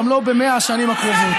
גם לא ב-100 השנים הקרובות.